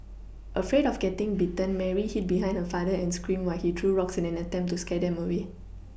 afraid of getting bitten Mary hid behind her father and screamed while he threw rocks in an attempt to scare them away